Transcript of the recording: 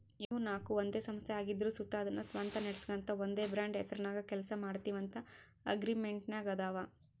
ಇವು ನಾಕು ಒಂದೇ ಸಂಸ್ಥೆ ಆಗಿದ್ರು ಸುತ ಅದುನ್ನ ಸ್ವಂತ ನಡಿಸ್ಗಾಂತ ಒಂದೇ ಬ್ರಾಂಡ್ ಹೆಸರ್ನಾಗ ಕೆಲ್ಸ ಮಾಡ್ತೀವಂತ ಅಗ್ರಿಮೆಂಟಿನಾಗಾದವ